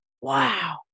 Wow